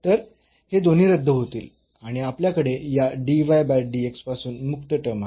तर हे दोन्ही रद्द होतील आणि आपल्याकडे या पासून मुक्त टर्म आहे